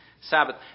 Sabbath